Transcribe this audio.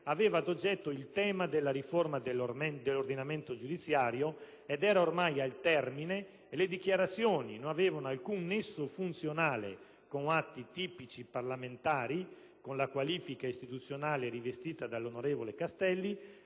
aveva ad oggetto il tema della riforma dell'ordinamento giudiziario ed era ormai al termine e le dichiarazioni non hanno alcun nesso funzionale con atti tipici parlamentari, con la qualifica istituzionale rivestita dall'onorevole Castelli,